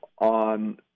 on